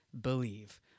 BELIEVE